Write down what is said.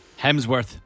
Hemsworth